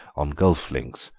on golf links,